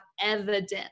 evidence